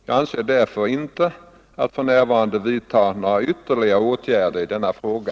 Jag avser därför inte att för närvarande vidta några ytterligare åtgärder i denna fråga.